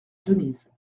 denise